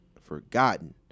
forgotten